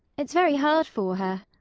it's very hard for her.